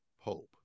pope